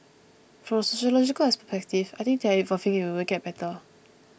from a sociological perspective I think they are evolving and we will get better